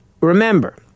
remember